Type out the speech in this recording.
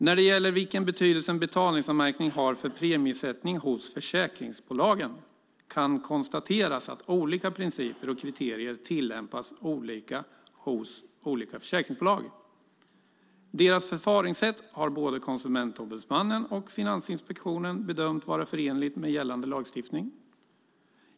När det gäller vilken betydelse en betalningsanmärkning har för premiesättning hos försäkringsbolagen kan konstateras att olika principer och kriterier tillämpas hos olika försäkringsbolag. Deras förfaringssätt har både Konsumentombudsmannen och Finansinspektionen bedömt vara förenligt med gällande lagstiftning.